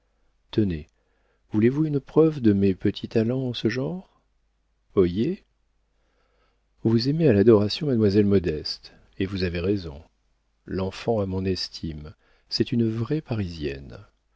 tenez voulez-vous une preuve de mes petits talents en ce genre oyez vous aimez à l'adoration mademoiselle modeste et vous avez raison l'enfant a mon estime c'est une vraie parisienne